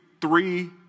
three